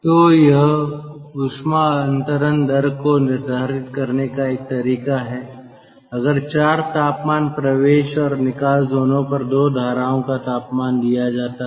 तो यह ऊष्मा अंतरण दर को निर्धारित करने का एक तरीका है अगर 4 तापमान प्रवेश और निकास दोनों पर 2 धाराओं का तापमान दिया जाता है